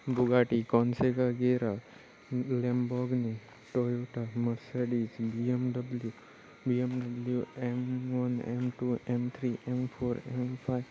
Bugatti Koenigsegg गेरा ले Lamborghini Toyota Mercedes B M W B M W M one M two M three M four M five